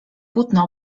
płótno